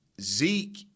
Zeke